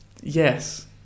yes